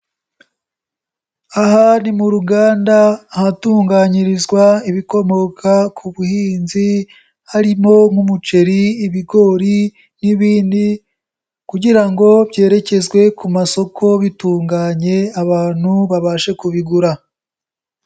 Aha ni mu ruganda ahatunganyirizwa ibikomoka ku buhinzi, harimo nk'umuceri, ibigori n'ibindi kugira ngo byerekezwe ku masoko bitunganye abantu babashe kubigura.